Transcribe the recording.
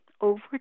over